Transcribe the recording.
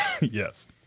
Yes